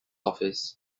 office